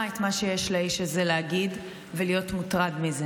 את מה שיש לאיש הזה להגיד ולהיות מוטרד מזה.